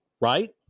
right